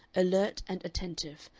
alert and attentive,